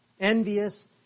envious